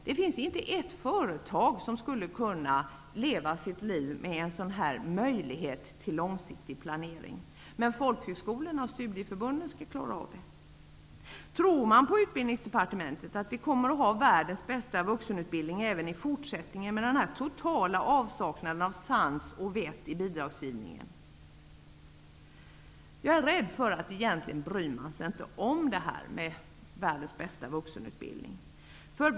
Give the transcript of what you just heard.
Det finns inte ett företag som skulle kunna leva med en sådan här möjlighet till långsiktig planering. Men folkhögskolorna och studieförbunden skall klara det. Tror man på Utbildningsdepartementet att vi kommer att ha världens bästa vuxenutbildning även i fortsättningen, med den här totala avsaknaden av sans och vett i bidragsgivningen? Jag är rädd för att man helt enkelt inte bryr sig om det.